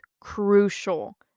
crucial